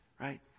Right